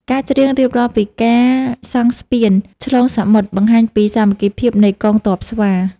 ការច្រៀងរៀបរាប់ពីការសង់ស្ពានឆ្លងសមុទ្រ បង្ហាញពីសាមគ្គីភាពនៃកងទ័ពស្វា។